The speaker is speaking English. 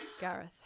Gareth